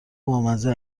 بامزه